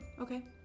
Okay